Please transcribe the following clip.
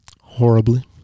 horribly